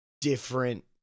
different